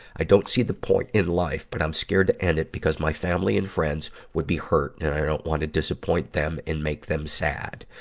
i don't see the point in life, but i'm scared to end because my family and friends would be hurt, and i don't want to disappoint them and make them sad.